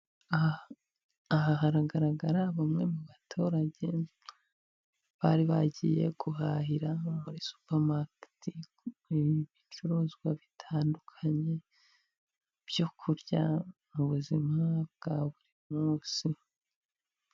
Aha hari haragara bamwe mu baturage, bari bagiye guhahira muri supamaketi, ibicuruzwa bitandukanye byo kurya mu buzima bwa buri munsi.